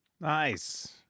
Nice